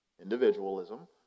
Individualism